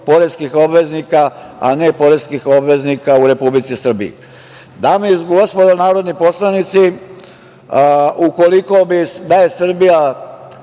a ne poreskih obveznika u Republici Srbiji. Dame